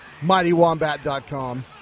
MightyWombat.com